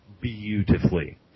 beautifully